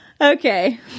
Okay